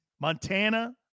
Montana